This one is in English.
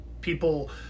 people